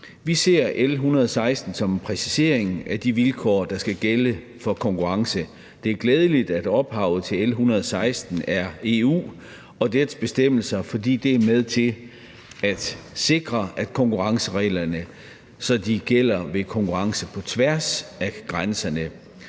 Vi ser L 116 som en præcisering af de vilkår, der skal gælde for konkurrence. Det er glædeligt, at ophavet til L 116 er EU og dets bestemmelser, for det er med til at sikre, at konkurrencereglerne gælder ved konkurrence på tværs af grænserne.